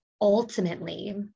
ultimately